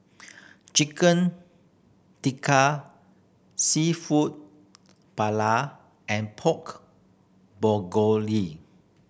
Chicken Tikka Seafood Paella and Pork